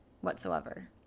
whatsoever